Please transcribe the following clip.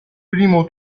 primo